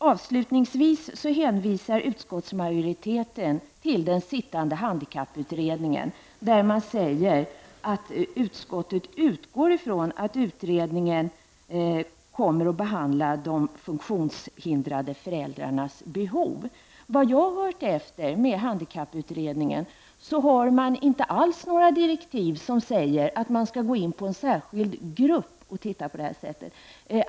Avslutningsvis hänvisar utskottsmajoriteten till den sittande handikapputredningen och säger att utskottet utgår ifrån att utredningen kommer att behandla de funktionshindrade föräldrarnas behov. Enligt vad jag har hört efter hos handikapputredningen finns det inte alls några direktiv som säger att utredningen skall gå in på en särskild grupp på det sättet.